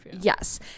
yes